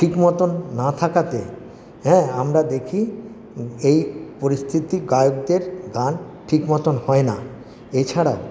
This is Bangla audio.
ঠিকমতন না থাকাতে হ্যাঁ আমরা দেখি এই পরিস্থিতি গায়কদের গান ঠিক মতন হয় না এছাড়া